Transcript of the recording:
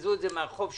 תקזזו את זה, אני